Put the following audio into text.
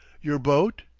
your boat?